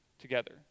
together